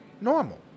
normal